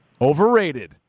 overrated